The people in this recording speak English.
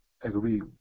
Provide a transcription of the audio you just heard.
agree